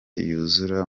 yuzura